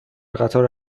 قطار